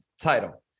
title